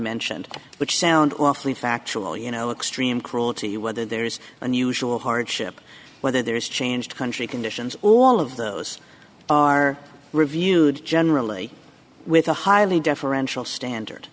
mentioned which sound awfully factual you know extreme cruelty whether there is unusual hardship whether there is change country conditions all of those are reviewed generally with a highly deferential standard